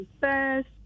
first